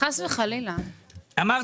כי